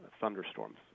thunderstorms